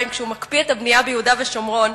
כשהוא מקפיא את הבנייה ביהודה ושומרון,